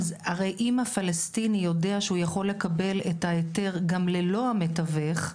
אם הפלסטיני יודע שהוא יכול לקבל את ההיתר גם ללא המתווך,